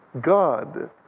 God